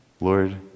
Lord